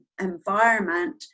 environment